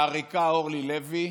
העריקה אורלי לוי,